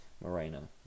Moreno